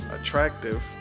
attractive